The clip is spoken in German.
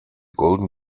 golden